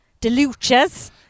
Deluches